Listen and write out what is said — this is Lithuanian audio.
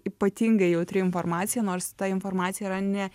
ypatingai jautri informacija nors ta informacija yra ne